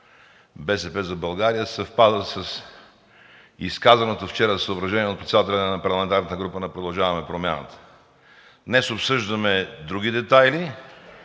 „БСП за България“ съвпада с изказаното вчера съображение от председателя на парламентарната група на „Продължаваме Промяната“. Днес обсъждаме други детайли